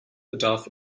bedarf